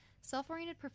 Self-oriented